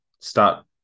start